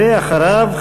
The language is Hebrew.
ואחריו,